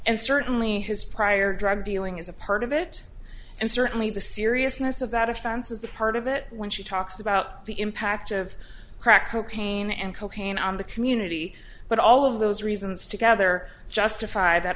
and certainly his prior drug dealing is a part of it and certainly the seriousness of that offense is a part of it when she talks about the impact of crack cocaine and cocaine on the community but all of those reasons together justify that